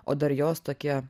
o dar jos tokie